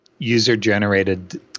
user-generated